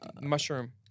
mushroom